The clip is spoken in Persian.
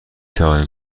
توانیم